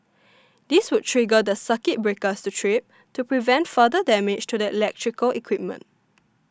this would trigger the circuit breakers to trip to prevent further damage to the electrical equipment